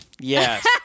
Yes